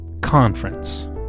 Conference